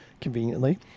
conveniently